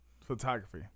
photography